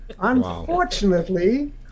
Unfortunately